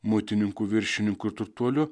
muitininkų viršininku turtuoliu